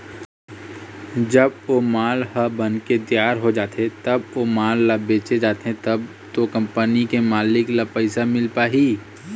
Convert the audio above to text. जब ओ माल ह बनके तियार हो जाथे तब ओ माल ल बेंचे जाथे तब तो कंपनी के मालिक ल पइसा मिल पाही